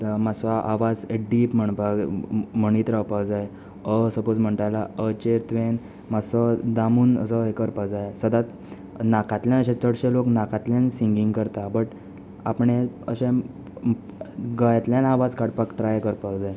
ज मास्सो आवाज डीप म्हणपाक म्हणीत रावपा जाय अ सपोज म्हणटा आल्या अ चेर तुवें मास्सो दामून असो हें करपा जाय सदांत नाकांतल्यान अशे चडशे लोक नाकांतल्यान सिंगींग करता बट आपणें अशें गळ्यातल्यान आवाज काडपाक ट्राय करपाक जाय